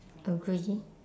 agree